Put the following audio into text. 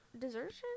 Desertion